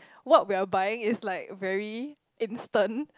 what we are buying is like very instant